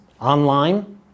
online